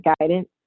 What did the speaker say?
guidance